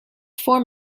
form